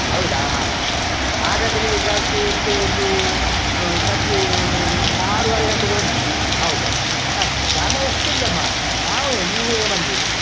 ಹೌದಾ ಹಾಂ ಹಾಂ ಹಾಗಾದರೆ ಇವತ್ತು ಒಂದು ಸಂಜೆ ಆರೂವರೆ ಗಂಟೆಗೆ ಬನ್ನಿ ಇಲ್ಲಿಗೆ ಹೌದೌದು ಜನ ಎಷ್ಟಿಲ್ಲಮ್ಮ ನಾವೇ ಮೂರೇ ಮಂದಿ ಇರೋದು